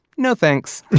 no thanks.